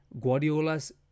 Guardiola's